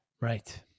Right